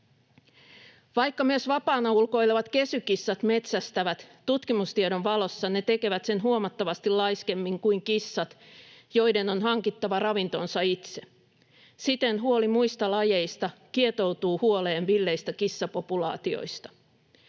Vaikka myös vapaana ulkoilevat kesykissat metsästävät, tutkimustiedon valossa ne tekevät sen huomattavasti laiskemmin kuin kissat, joiden on hankittava ravintonsa itse. Siten huoli muista lajeista kietoutuu huoleen villeistä kissapopulaatioista.